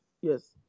yes